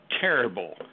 terrible